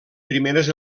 primeres